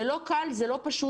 זה לא קל, זה לא פשוט.